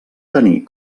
tenir